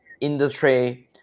industry